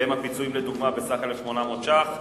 הוא הפיצויים לדוגמה בסך 1,800 שקלים.